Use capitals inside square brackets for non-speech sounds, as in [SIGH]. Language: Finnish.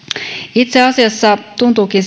itse asiassa tuntuukin [UNINTELLIGIBLE]